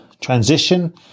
transition